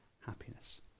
happiness